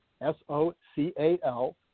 S-O-C-A-L